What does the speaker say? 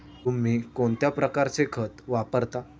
तुम्ही कोणत्या प्रकारचे खत वापरता?